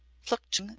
fluchtig.